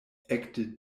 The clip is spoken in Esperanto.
ekde